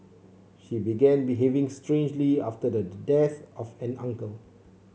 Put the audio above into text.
she began behaving strangely after the death of an uncle